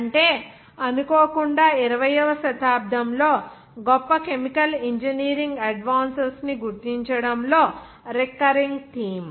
అంటే అనుకోకుండా 20 వ శతాబ్దంలో గొప్ప కెమికల్ ఇంజనీరింగ్ అడ్వాన్సుస్ ని గుర్తించడంలో రిక్కరింగ్ థీమ్